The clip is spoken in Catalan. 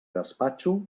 gaspatxo